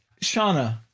Shauna